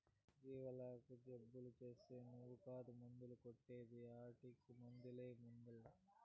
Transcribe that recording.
జీవాలకు జబ్బు చేస్తే నువ్వు కాదు మందు కొట్టే ది ఆటకి మందెయ్యి ముందల్ల